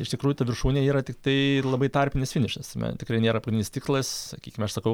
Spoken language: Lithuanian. iš tikrųjų ta viršūnė yra tiktai labai tarpinis finišas me tikrai nėra pagrindinis tikslas sakykime aš sakau